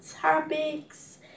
topics